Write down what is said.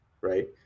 right